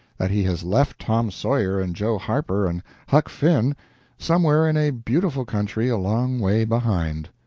that he has left tom sawyer and joe harper and huck finn somewhere in a beautiful country a long way behind.